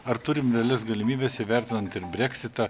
ar turim realias galimybes įvertinant ir breksitą